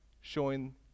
showing